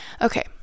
Okay